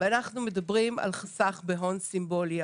ואנחנו מדברים על חסך בהון סימבולי,